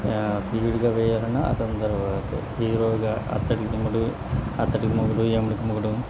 ప్రియుడిగా వేయాలన్నా అతని తరువాతే హీరోగా అత్తకి యముడు అత్తకి మొగుడు యముడికి మొగుడు